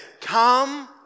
come